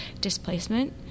displacement